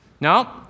No